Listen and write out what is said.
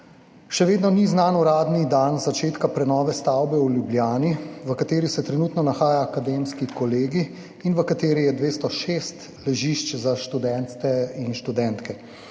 Še vedno ni znan uradni dan začetka prenove stavbe v Ljubljani, v kateri se trenutno nahaja Akademski kolegij in v kateri je 206 ležišč za študente in študentke.